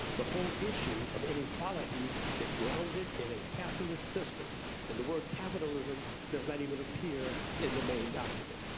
the whole issue of inequality is grounded in a capitalist system and the word capitalism does not even appear in the main document.